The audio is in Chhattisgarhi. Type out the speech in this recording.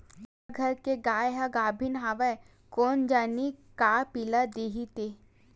हमर घर के गाय ह गाभिन हवय कोन जनी का पिला दिही ते